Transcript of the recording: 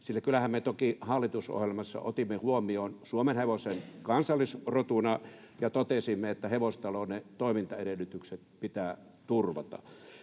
sillä kyllähän me toki hallitusohjelmassa otimme huomioon suomenhevosen kansallisrotuna ja totesimme, että hevostalouden toimintaedellytykset pitää turvata.